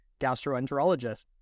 gastroenterologist